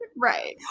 Right